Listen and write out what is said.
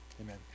Amen